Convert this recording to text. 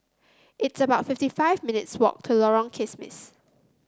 it's about fifty five minutes' walk to Lorong Kismis